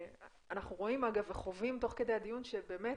אנחנו רואים וחווים תוך כדי הדיון שבאמת